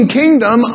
kingdom